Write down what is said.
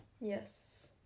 Yes